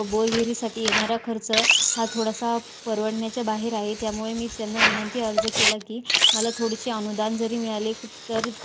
बोरविहिरीसाठी येणारा खर्च हा थोडासा परवडण्याच्या बाहेर आहे त्यामुळे मी त्यांना विनंती अर्ज केला की मला थोडीशी अनुदान जरी मिळाले तर